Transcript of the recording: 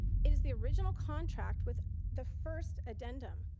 it is the original contract, with the first addendum.